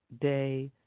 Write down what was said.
day